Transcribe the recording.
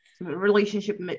relationship